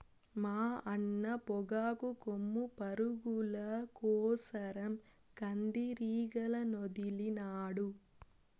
మా అన్న పొగాకు కొమ్ము పురుగుల కోసరం కందిరీగలనొదిలినాడు